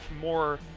more